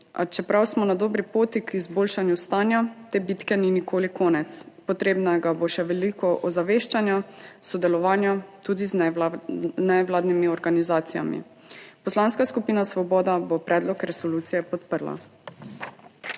Čeprav smo na dobri poti k izboljšanju stanja, te bitke ni nikoli konec. Potrebnega bo še veliko ozaveščanja, sodelovanja, tudi z nevladnimi organizacijami. Poslanska skupina Svoboda bo predlog resolucije podprla.